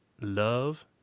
love